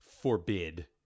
forbid